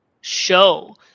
show